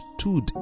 stood